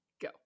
go